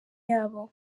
yabo